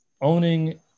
owning